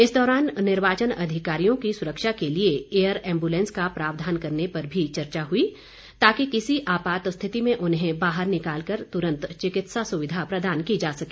इस दौरान निर्वाचन अधिकारियों की सुरक्षा के लिए एयर एम्बूलेंस का प्रावधान करने पर भी चर्चा हुई ताकि किसी आपात रिथति में उन्हें बाहर निकालकर तुरंत चिकित्सा सुविधा प्रदान की जा सके